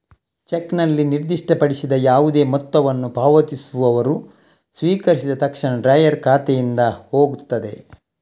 ಚೆಕ್ನಲ್ಲಿ ನಿರ್ದಿಷ್ಟಪಡಿಸಿದ ಯಾವುದೇ ಮೊತ್ತವನ್ನು ಪಾವತಿಸುವವರು ಸ್ವೀಕರಿಸಿದ ತಕ್ಷಣ ಡ್ರಾಯರ್ ಖಾತೆಯಿಂದ ಹೋಗ್ತದೆ